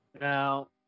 Now